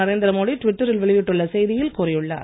நரேந்திர மோடி ட்விட்டரில் வெளியிட்டுள்ள செய்தியில் கூறியுள்ளார்